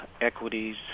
equities